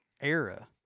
era